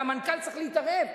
והמנכ"ל צריך להתערב.